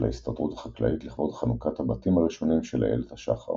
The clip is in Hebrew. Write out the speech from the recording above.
ההסתדרות החקלאית לכבוד חנוכת הבתים הראשונים של איילת השחר